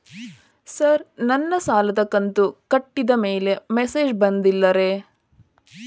sir ನನ್ನ ಸಾಲದ ಕಂತು ಕಟ್ಟಿದಮೇಲೆ ಮೆಸೇಜ್ ಬಂದಿಲ್ಲ ರೇ